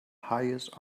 highest